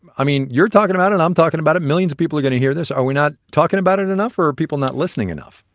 i mean, you're talking about and i'm talking about it. millions of people are going to hear this. are we not talking about it enough or are people not listening enough?